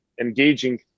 engaging